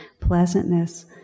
pleasantness